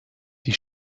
die